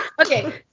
okay